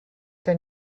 que